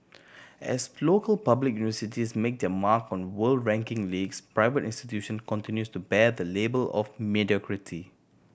as local public universities make their mark on world ranking leagues private institute continue to bear the label of mediocrity